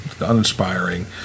uninspiring